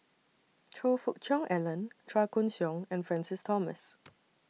Choe Fook Cheong Alan Chua Koon Siong and Francis Thomas